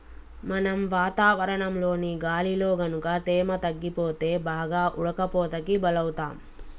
మనం వాతావరణంలోని గాలిలో గనుక తేమ తగ్గిపోతే బాగా ఉడకపోతకి బలౌతాం